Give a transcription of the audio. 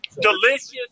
Delicious